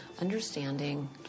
Understanding